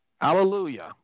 Hallelujah